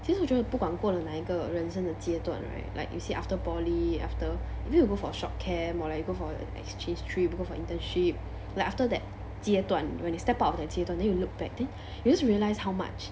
其实我觉得不管过了哪一个人生的阶段 right like you said after poly after you go for short camp or like you go for an exchange trip if you go for internship like after that 阶段 when you step out of that 阶段 then you look back then you just realise how much